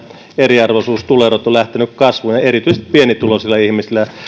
eriarvoisuus ja tuloerot ovat lähteneet kasvuun erityisesti pienituloisilla ihmisillä